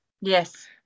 yes